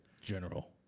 General